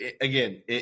again